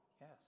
Yes